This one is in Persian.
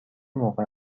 موقع